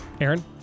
Aaron